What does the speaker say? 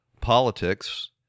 politics